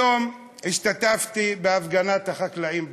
היום השתתפתי בהפגנת החקלאים בחוץ.